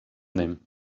them